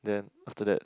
then after that